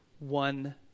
One